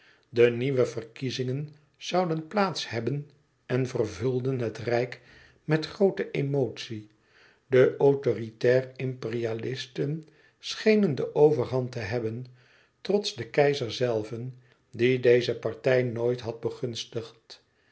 de nieuwe verkiezingen zouden plaats hebben en vervulden het rijk met groote emotie e ids aargang de autoritair imperialisten schenen de overhand te hebben trots den keizer zelve die deze partij nooit had begunstigd